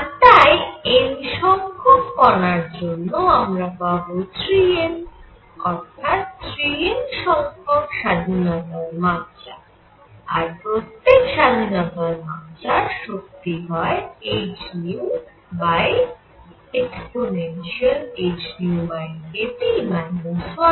আর তাই N সংখ্যক কণার জন্য আমরা পাবো 3 N অর্থাৎ 3 N সংখ্যক স্বাধীনতার মাত্রা আর প্রত্যেক স্বাধীনতার মাত্রার শক্তি হয় hehνkT 1